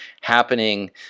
happening